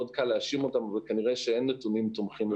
מאוד קל להאשים אותם אבל כנראה שאין נתונים תומכים בסיפור הזה.